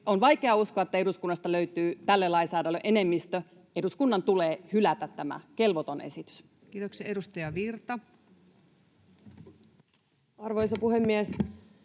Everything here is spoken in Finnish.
On vaikea uskoa, että eduskunnasta löytyy tälle lainsäädännölle enemmistö. Eduskunnan tulee hylätä tämä kelvoton esitys. Kiitoksia. — Edustaja Virta. Arvoisa puhemies!